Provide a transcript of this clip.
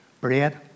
bread